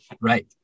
Right